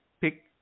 pick